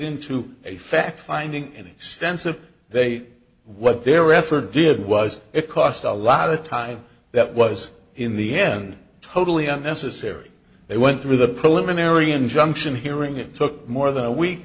into a fact finding an extensive they what their effort did was it cost a lot of time that was in the end totally unnecessary they went through the preliminary injunction hearing it took more than a week